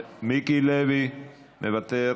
מיקי לוי, מוותר,